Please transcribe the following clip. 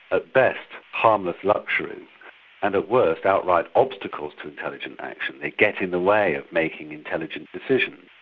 at best, harmless luxuries and at worst outright obstacles to intelligent action they get in the way of making intelligent decisions.